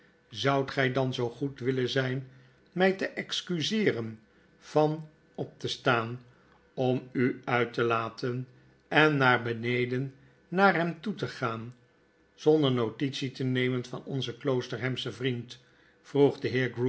zoudt gij dan zoo goed willen zgn mg te excuseeren van op te staan omu uit te laten en naar beneden naar hem toe gaan zonder notitie te nemen van onzen kloosterhamsehen vriend vroeg